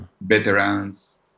veterans